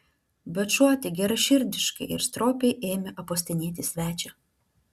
bet šuo tik geraširdiškai ir stropiai ėmė apuostinėti svečią